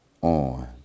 On